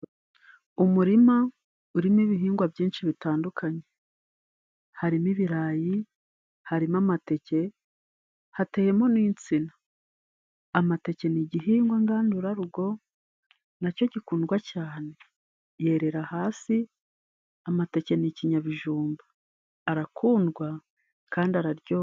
Umurima urimo ibihingwa byinshi bitandukanye harimo ibirayi, harimo amateke, hateyemo n'insina . Amateke ni igihingwa ngandurarugo nacyo gikundwa cyane. Yerera hasi, amateke ni ikinyabijumba ,arakundwa kandi araryoha.